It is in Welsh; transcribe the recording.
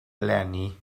eleni